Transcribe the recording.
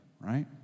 right